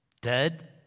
dead